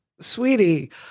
sweetie